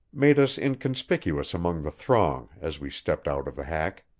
made us inconspicuous among the throng as we stepped out of the hack.